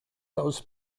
those